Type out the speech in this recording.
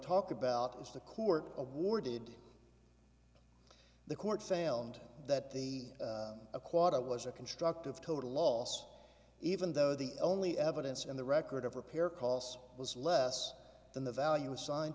talk about is the court awarded the court fail and that the a quota was a constructive total loss even though the only evidence in the record of repair costs was less than the value assigned